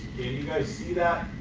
you guys see that?